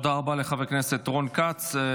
תודה רבה לחבר הכנסת רון כץ.